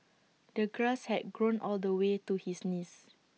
the grass had grown all the way to his knees